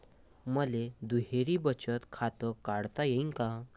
मले दुहेरी बचत खातं काढता येईन का?